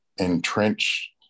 entrench